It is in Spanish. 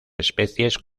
especies